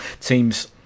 teams